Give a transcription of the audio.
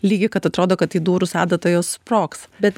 lygį kad atrodo kad įdūrus adata jos sprogs bet